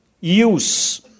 use